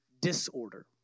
disorder